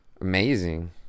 Amazing